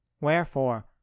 wherefore